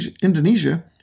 Indonesia